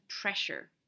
pressure